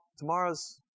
tomorrow's